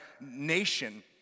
nation